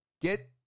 get